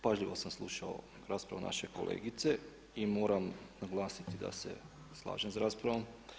Pažljivo sam slušao raspravu naše kolegice i moram naglasiti da se slažem sa raspravom.